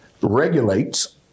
regulates